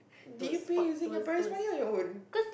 did you pay using your parent's money or your own